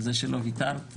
על זה שלא ויתרת,